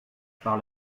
par